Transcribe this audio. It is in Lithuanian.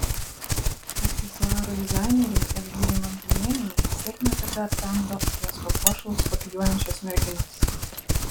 aksesuarų dizainerei elvyrai monginienei sėkmę darbe aptemdo jos papuošalus kopijuojančios merginos